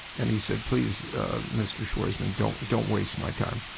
and he said, please mr. schwarzman don't don't waste my time.